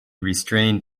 restrained